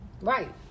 right